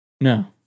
No